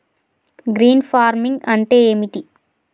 Green farming అంటే ఏమిటి?